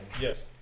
Yes